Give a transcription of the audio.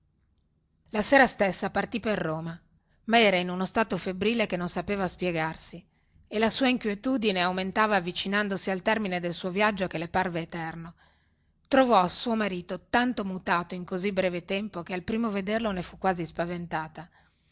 la sera stessa partì per roma ma era in uno stato febbrile che non sapeva spiegarsi e la sua inquietudine aumentava avvicinandosi al termine del suo viaggio che le parve eterno trovò suo marito tanto mutato in così breve tempo che al primo vederlo ne fu quasi spaventata